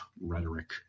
rhetoric